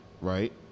right